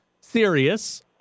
serious